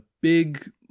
big